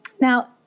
now